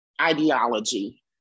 ideology